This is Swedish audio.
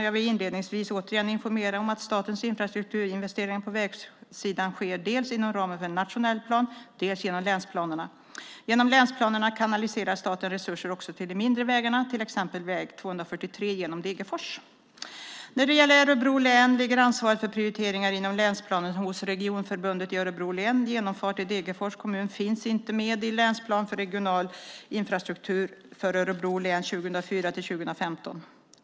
Jag vill inledningsvis återigen informera om att statens infrastrukturinvesteringar på vägsidan sker dels inom ramen för en nationell plan, dels genom länsplanerna. Genom länsplanerna kanaliserar staten resurser också till de mindre vägarna, till exempel väg 243 genom Degerfors. När det gäller Örebro län ligger ansvaret för prioriteringar inom länsplanen hos regionförbundet i Örebro län. Genomfart i Degerfors kommun finns inte med i Länsplan för regional transportinfrastruktur Örebro län 2004-2015 .